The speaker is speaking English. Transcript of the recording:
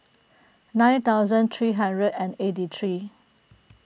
nine thousand three hundred and eighty three